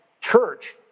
church